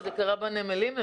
זה קרה בנמלים.